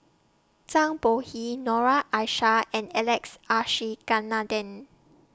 Zhang Bohe Noor Aishah and Alex